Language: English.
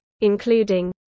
including